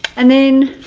and then